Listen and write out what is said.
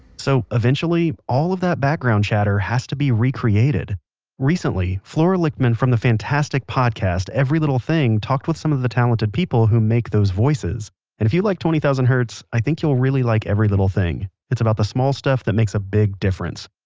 so, eventually all of that background chatter has to be recreated recently, flora lichtman from the fantastic podcast every little thing talked with some of the talented people who make those voices if you like twenty thousand hertz, i think you'll really like every little thing. it's about the small stuff that makes a big difference.